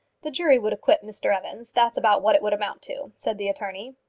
the jury would acquit mr evans. that's about what it would amount to, said the attorney.